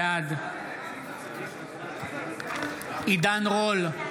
בעד עידן רול,